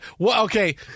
Okay